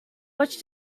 watch